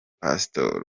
pastole